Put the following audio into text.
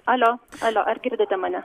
alio alio ar girdite mane